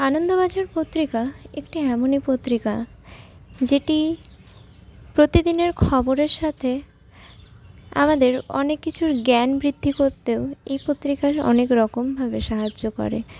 আনন্দবাজার পত্রিকা একটি এমনই পত্রিকা যেটি প্রতিদিনের খবরের সাথে আমাদের অনেক কিছুর জ্ঞান বৃদ্ধি করতেও এই পত্রিকার অনেক রকমভাবে সাহায্য করে